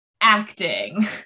acting